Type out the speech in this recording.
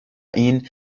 این